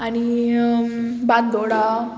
आनी बांदोडा